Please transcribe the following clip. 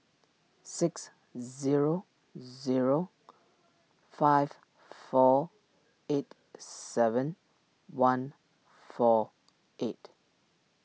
six zero zero five four eight seven one four eight